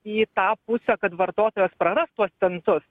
į tą pusę kad vartotojas praras tuos centus